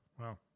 Wow